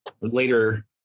later